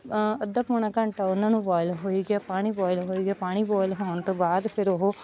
ਅੱਧਾ ਪੌਣਾ ਘੰਟਾ ਉਹਨਾਂ ਨੂੰ ਬੋਇਲ ਹੋਈ ਗਿਆ ਪਾਣੀ ਬੋਇਲ ਹੋਈ ਗਿਆ ਪਾਣੀ ਬੋਇਲ ਹੋਣ ਤੋਂ ਬਾਅਦ ਫਿਰ ਉਹ